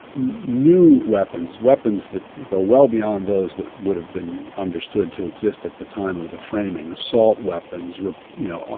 new weapons, weapons that go well beyond those that would have been understood to exist at the time of the framing assault weapons, you know,